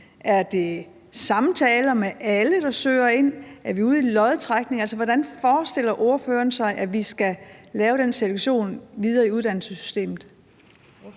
Er det samtaler med alle, der søger ind? Er vi ude i en lodtrækning? Altså, hvordan forestiller ordføreren sig at vi skal lave den selektion videre i uddannelsessystemet?